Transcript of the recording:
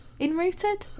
inrooted